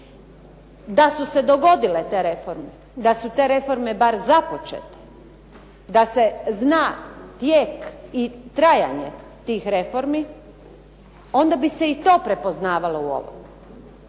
Da su se dogodile te reforme, da su te reforme bar započete, da se zna tijek i trajanje tih reformi onda bi se i to prepoznavalo u ovome.